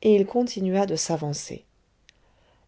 et il continua de s'avancer